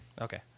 okay